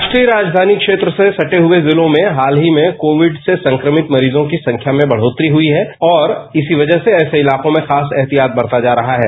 राष्ट्रीय राजघानी क्षेत्र से सटे हए जिलों में हाल ही में कोविड से संक्रमित मरीजों की संख्या में बढ़ोतरी हई है और इसी वजह से ऐसे इलाकों में खास एहतियात बरता जा रहा है